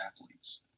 athletes